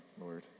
Lord